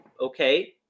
okay